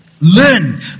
learn